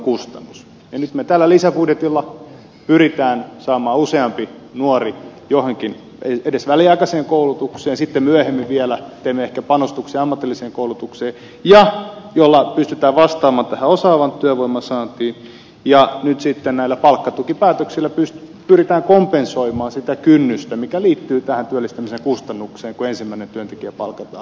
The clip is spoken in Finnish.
nyt me tällä lisäbudjetilla pyrimme saamaan useamman nuoren johonkin edes väliaikaiseen koulutukseen sitten myöhemmin vielä teemme ehkä panostuksia ammatilliseen koulutukseen jolla pystytään vastaamaan tähän osaavan työvoiman saantiin ja nyt sitten näillä palkkatukipäätöksillä pyrimme kompensoimaan sitä kynnystä mikä liittyy tähän työllistämisen kustannukseen kun ensimmäinen työntekijä palkataan